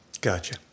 Gotcha